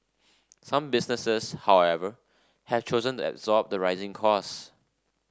some businesses however have chosen to absorb the rising costs